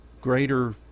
greater